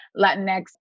Latinx